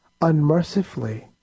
unmercifully